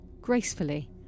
gracefully